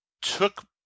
took